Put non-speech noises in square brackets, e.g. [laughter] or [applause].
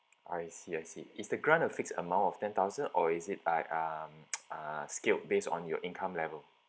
I see I see is the grant a fixed amount of ten thousand or is it like um [noise] uh scaled based on your income level